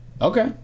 Okay